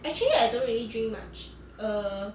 actually I don't really drink much err